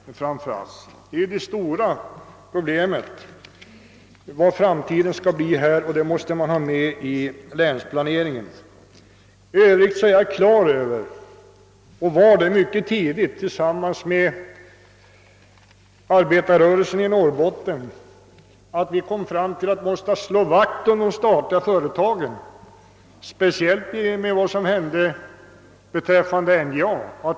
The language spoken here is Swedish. Hur kommer det i framtiden att bli med de företagen, som vi också måste ta med i länsplaneringen? För egen del var jag liksom arbetarrörelsens representanter i Norrbotten mycket tidigt på det klara med att vi måste slå vakt om de statliga företagen, detta framför allt med tanke på NJA.